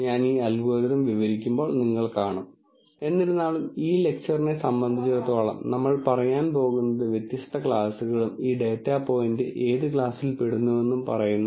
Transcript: അതിനാൽ ഞാൻ നോർമലിനായി n എഴുതുന്നു തുടർന്ന് നിങ്ങൾക്ക് ഒരു ബ്ലോക്ക് ഡാറ്റ ഉണ്ടായിരിക്കാം പമ്പിൽ ഒരു പ്രത്യേക തരം തകരാർ ഉണ്ടാകുമ്പോഴെല്ലാം ആ ഡാറ്റ റെക്കോർഡ് ചെയ്യപ്പെടുന്ന ഡാറ്റയായിരിക്കാം ഞാൻ ഈ തകരാർ f എന്ന് വിളിക്കാം